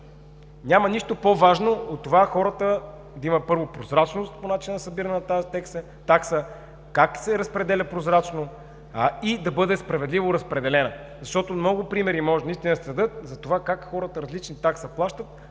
Няма нищо по-важно от това хората да имат първо прозрачност по начина на събиране на тази такса, как се разпределя прозрачно и да бъде справедливо разпределена, защото много примери може наистина да съдят за това как хората плащат различна такса,